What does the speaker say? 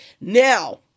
Now